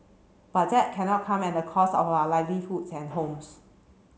but that cannot come at the cost of our livelihoods and homes